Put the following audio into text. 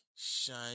Shine